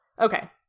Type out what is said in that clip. Okay